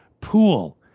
pool